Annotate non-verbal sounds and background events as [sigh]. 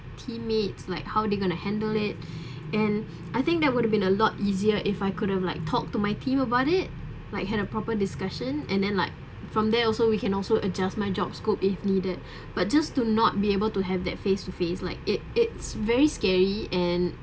teammates like how they going to handle it [breath] and I think that would have been a lot easier if I could have like talk to my team about it like had a proper discussion and then like from there also we can also adjust my job scope if needed [breath] but just to not be able to have that face to face like it it's very scary and